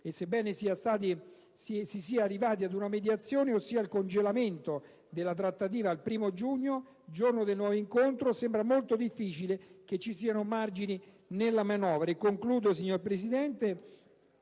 e, sebbene si sia arrivati ad una mediazione, ossia il congelamento della trattativa al 1° giugno, giorno del nuovo incontro, sembra molto difficile che ci siano margini di manovra.